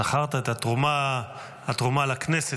זכרת את התרומה לצבא,